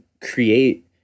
create